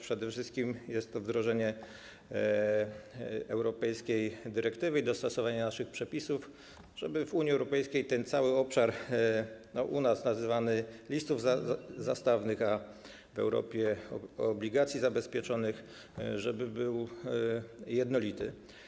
Przede wszystkim chodzi tu o wdrożenie europejskiej dyrektywy i dostosowanie naszych przepisów, żeby w Unii Europejskiej ten cały obszar - u nas nazywany listami zastawnymi, a w Europie obligacjami zabezpieczonymi - był jednolity.